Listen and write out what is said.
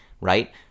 Right